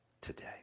today